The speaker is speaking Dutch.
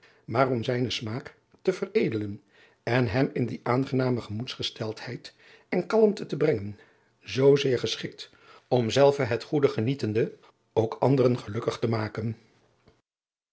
maar om zijnen smaak te veredelen en hem in die aangename gemoedsgesteldheid en kalmte te brengen zoozeer geschikt om zelf het goede genietende ook anderen gelukkig te maken